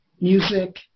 Music